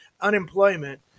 unemployment